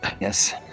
Yes